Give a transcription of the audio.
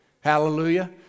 Hallelujah